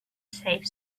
save